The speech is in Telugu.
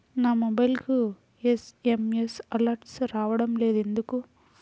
నా మొబైల్కు ఎస్.ఎం.ఎస్ అలర్ట్స్ రావడం లేదు ఎందుకు?